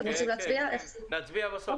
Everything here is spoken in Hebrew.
נצביע בסוף.